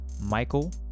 Michael